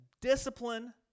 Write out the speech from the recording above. discipline